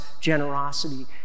generosity